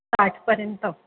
आठ पर्यंत